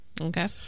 Okay